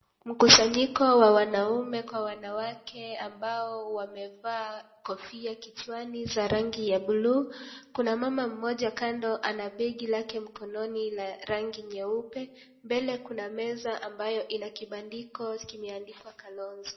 Mkusanyiko wa wanaume kwa wanawake ambao wamevaa kofia kichwani za rangi ya buluu. Kuna mama mmoja kando ana begi lake mkononi la rangi nyeupe. Mbele kuna meza ambayo ina kibandiko kimeandikwa, Kalonzo.